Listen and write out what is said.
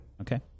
Okay